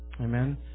Amen